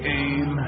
aim